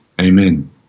Amen